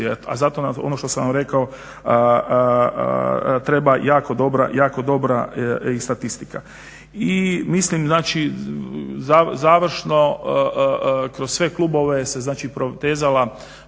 A zato ono što sam vam rekao treba jako dobra statistika. I mislim znači završno kroz sve klubove se znači protezala